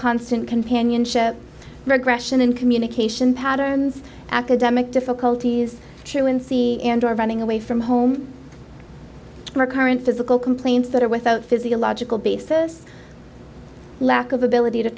constant companionship regression in communication patterns academic difficulties truancy running away from home or current physical complaints that are without physiological basis lack of ability to